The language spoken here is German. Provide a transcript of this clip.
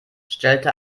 stellte